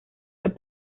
the